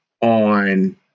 on